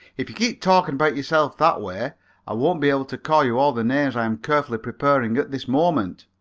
if you keep talking about yourself that way i won't be able to call you all the names i am carefully preparing at this moment.